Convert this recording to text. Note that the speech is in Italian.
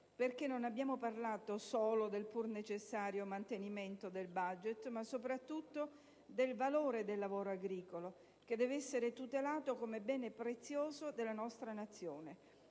infatti, parlato solo del pur necessario mantenimento del *budget*, ma soprattutto del valore del lavoro agricolo, che deve essere tutelato come bene prezioso della nostra Nazione: